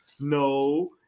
No